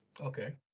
Okay